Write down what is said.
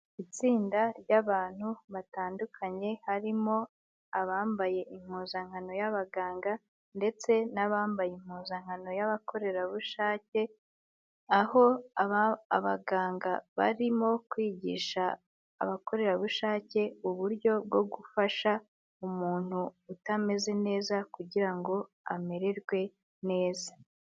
Itsinda ry'abantu batandukanye harimo abambaye impuzankano y'abaganga ndetse n'abambaye impuzankano y'abakorerabushake, aho abaganga barimo kwigisha abakorerabushake uburyo bwo gufasha umuntu utameze neza kugira ngo amererwe neza.